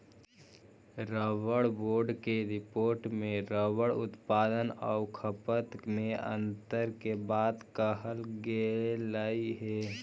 rubber board के report में rubber उत्पादन आउ खपत में अन्तर के बात कहल गेलइ हे